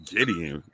Gideon